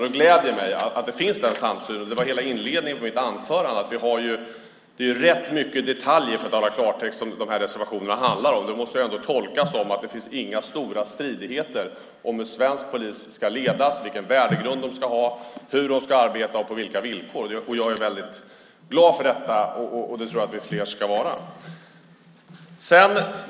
Det gläder mig att den samsynen finns. Inledningen av mitt anförande handlade just om att reservationerna handlar om rätt många detaljer. Det måste jag tolka som att det inte finns några stora stridigheter om hur svensk polis ska ledas, vilken värdegrund de ska ha och hur och på vilka villkor de ska arbeta. Jag är glad för det.